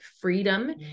freedom